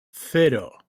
cero